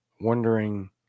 wondering